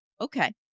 Okay